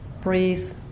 breathe